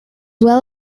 well